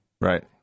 right